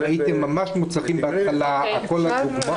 יש לנו הכול בכל השפות.